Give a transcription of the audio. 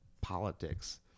politics